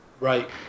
Right